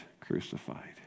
crucified